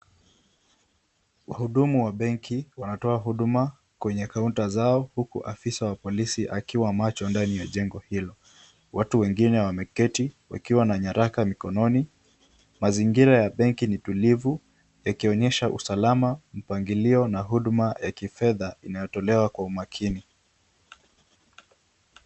Wahudumu wa benki wanatoa huduma kwenye kaunta zao huku afisa wa polisi akiwa macho ndani ya jengo hilo. Watu wengine wameketi wakiwa na nyaraka mikononi. Mazingira ya benki ni tulivu yakionyesha usalama , mpangilio na huduma ya kifedha inayotolewa kwa makini.